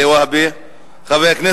קיפאון מדיני, מצב כלכלי